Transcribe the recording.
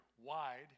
wide